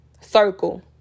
circle